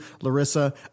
Larissa